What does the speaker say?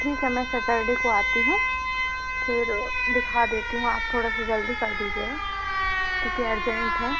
ठीक है मैं सैटरडे को आती हूँ फिर दिखा देती हूँ आप थोड़ा सा जल्दी कर दीजिएगा क्योंकि अर्जेंट है